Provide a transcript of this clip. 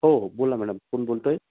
हो हो बोला मॅडम कोण बोलतं आहे